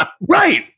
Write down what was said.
right